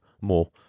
more